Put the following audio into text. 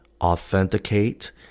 authenticate